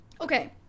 okay